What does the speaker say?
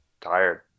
tired